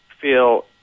feel